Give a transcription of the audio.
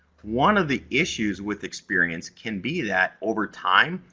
one of the issues with experience can be that, over time,